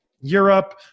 Europe